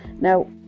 now